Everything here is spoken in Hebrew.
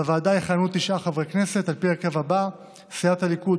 בוועדה יכהנו תשעה חברי כנסת על פי ההרכב הזה: סיעת הליכוד,